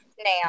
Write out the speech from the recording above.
now